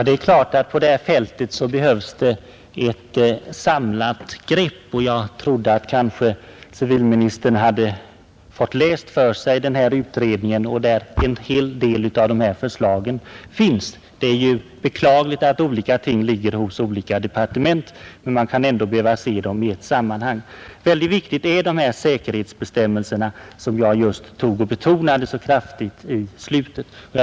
Herr talman! På detta fält behövs ett samlat grepp. Jag trodde att civilministern kanske hade läst den här utredningen där en hel del av dessa förslag finns och därför lättare kunde ta ställning till dem. I övrigt är det beklagligt att olika ting ligger hos olika departement, men man kan ändå behöva se dem i ett sammanhang. Mycket viktiga är säkerhetsbestämmelserna, som jag just betonade så kraftigt i slutet av mitt anförande.